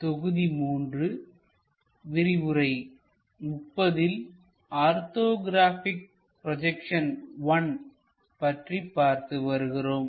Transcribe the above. நாம் தொகுதி 3 விரிவுரை 30 ல் ஆர்த்தோகிராபிக் ப்ரோஜெக்சன் 1 பற்றி பார்த்து வருகிறோம்